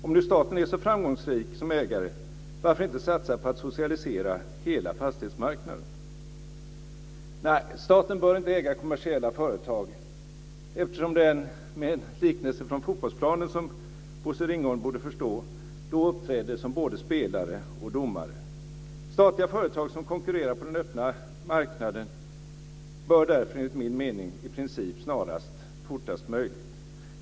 Om nu staten är så framgångsrik som ägare, varför då inte satsa på att socialisera hela fastighetsmarknaden? Nej, staten bör inte äga kommersiella företag eftersom den, med en liknelse från fotbollsplanen som Bosse Ringholm borde förstå, då uppträder som både spelare och domare. Statliga företag som konkurrerar på den öppna marknaden bör därför enligt min mening i princip fortast möjligt privatiseras.